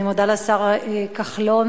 אני מודה לשר כחלון,